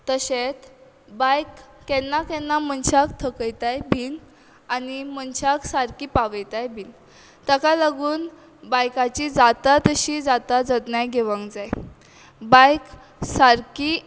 तशें बायक केन्ना केन्ना मनशाक थकयताय बीन आनी मनशाक सारकी पावयताय बीन ताका लागून बायकाची जाता तशी जाता जतनाय घेवंक जाय बायक सारकी